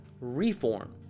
reform